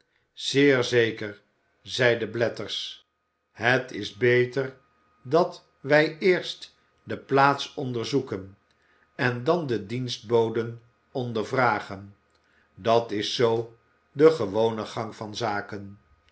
zeer zeker zeide blathers het is beter dat wij eerst de plaats onderzoeken en dan de dienstboden ondervragen dat is zoo de gewone gang van zaken